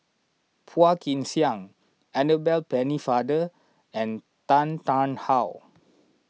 Phua Kin Siang Annabel Pennefather and Tan Tarn How